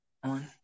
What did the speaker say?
one